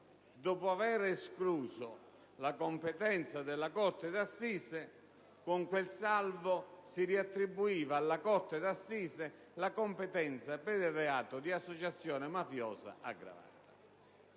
dopo aver escluso la competenza della corte di assise, con quel "salvo" si riattribuiva alla stessa la competenza per il reato di associazione mafiosa aggravata.